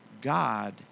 God